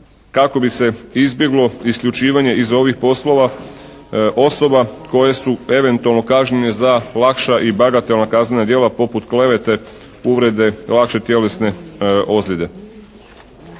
kako bi se izbjeglo isključivanje iz ovih poslova osoba koje su eventualno kažnjene za lakša i bagatelna kaznena djela poput klevete, uvrede, lakše tjelesne ozljede.